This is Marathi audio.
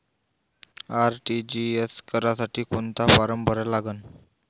आर.टी.जी.एस करासाठी कोंता फारम भरा लागन?